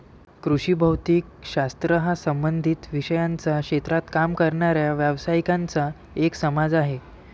कृषी भौतिक शास्त्र हा संबंधित विषयांच्या क्षेत्रात काम करणाऱ्या व्यावसायिकांचा एक समाज आहे